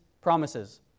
promises